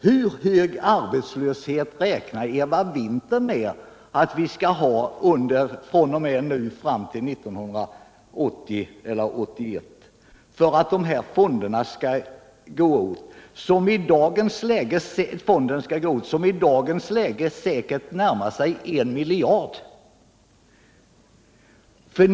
Hur hög arbetslöshet räknar Eva Winther med att vi skall ha fram till 1980 eller 1981 för att den här fonden, som i dagens läge säkert närmar sig en miljard, skall gå åt?